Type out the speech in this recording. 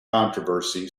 controversy